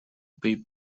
play